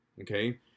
Okay